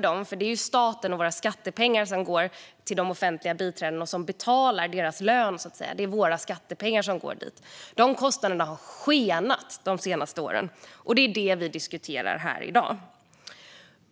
Det är staten som med våra skattepengar betalar de offentliga biträdenas lön, och de kostnaderna har skenat de senaste åren. Det är detta vi diskuterar här i dag.